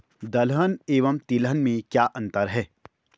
दलहन एवं तिलहन में क्या अंतर है?